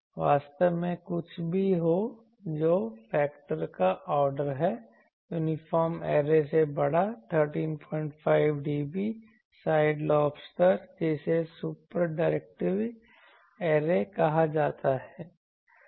वास्तव में कुछ भी जो फेक्टर का ऑर्डर है यूनिफॉर्म ऐरे से बड़ा 135dB साइड लोब स्तर जिसे सुपर डायरेक्टिव ऐरे कहा जाता है